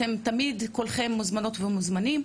אתם תמיד כולכם מוזמנות ומוזמנים.